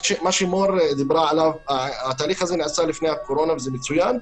מה שמור דיברה עליו התהליך הזה נעשה לפני הקורונה וזה מצוין,